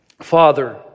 Father